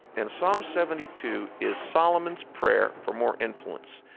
and psalm seventy two is solomon's prayer for more influence.